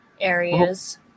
areas